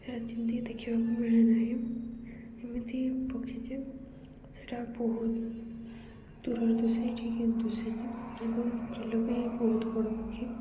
ସେଇଟା ଯେମିତିକି ଦେଖିବାକୁ ମିଳେ ନାହିଁ ଏମିତି ପକ୍ଷୀ ଯେ ସେଇଟା ବହୁତ ଦୂରରୁ ଦିଶେ ଏଠିକି ଦିଶେନି ଏବଂ ଚିଲ ବି ବହୁତ ବଡ଼ ପକ୍ଷୀ